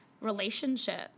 relationship